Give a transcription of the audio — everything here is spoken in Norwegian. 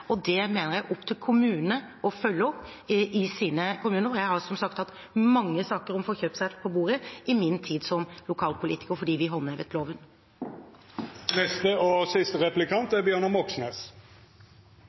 og det mener jeg det er opp til kommunene å følge opp i sin kommune. Jeg har som sagt hatt mange saker om forkjøpsrett på bordet i min tid som lokalpolitiker fordi vi håndhevet